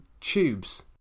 tubes